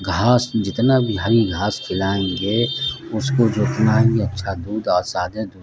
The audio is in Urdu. گھاس جتنا بھی ہری گھاس کھلائیں گے اس کو جتنا ہی اچھا دودھ اور زیادہ دودھ